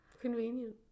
Convenient